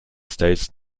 states